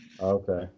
Okay